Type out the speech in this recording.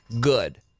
good